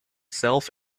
self